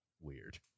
weird